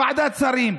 לוועדת שרים,